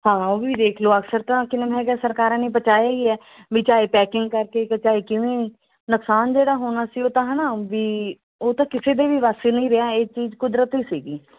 ਹਾਂ ਉਹ ਵੀ ਦੇਖ ਲਓ ਅਕਸਰ ਤਾਂ ਕਿ ਮੈਂ ਹੈਗਾ ਸਰਕਾਰਾਂ ਨੇ ਬਚਾਇਆ ਹੀ ਹੈ ਵੀ ਚਾਹੇ ਪੈਕਿੰਗ ਕਰਕੇ ਚਾਹੇ ਕਿਵੇਂ ਨੁਕਸਾਨ ਜਿਹੜਾ ਹੋਣਾ ਸੀ ਉਹ ਤਾਂ ਹੈ ਨਾ ਵੀ ਉਹ ਤਾਂ ਕਿਸੇ ਦੇ ਵੀ ਪਾਸੇ ਨਹੀਂ ਰਿਹਾ ਇਹ ਚੀਜ਼ ਕੁਦਰਤ ਹੀ ਸੀਗੀ